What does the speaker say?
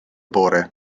bore